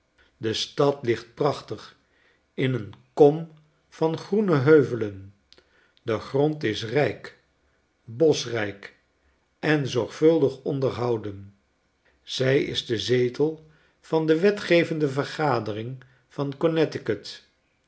de stad ligt prachtig in een kom van groene heuvelen de grond is ryk boschrijk en zorgvuldig onderhouden zij is de zetel van de wetgevende vergaderingvan